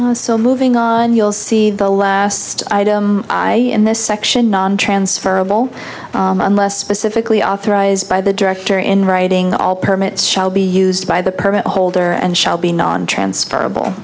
ok so moving on you'll see the last item i in this section nontransferable unless specifically authorized by the director in writing all permits shall be used by the permit holder and shall be nontransferable